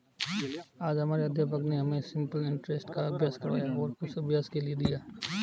आज हमारे अध्यापक ने हमें सिंपल इंटरेस्ट का अभ्यास करवाया और कुछ अभ्यास के लिए दिया